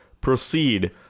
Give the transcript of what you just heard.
proceed